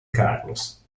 carlos